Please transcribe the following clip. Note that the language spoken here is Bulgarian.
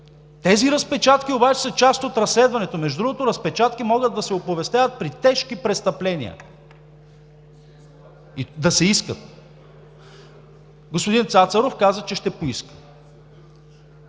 Тези разпечатки обаче са част от разследването. Между другото, разпечатки могат да се оповестяват при тежки престъпления, да се искат. Господин Цацаров каза, че ще поиска.